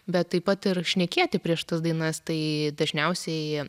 bet taip pat ir šnekėti prieš tas dainas tai dažniausiai